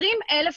20,000 מורים,